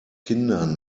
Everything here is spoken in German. kindern